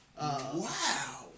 Wow